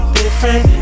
different